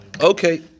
Okay